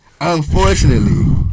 Unfortunately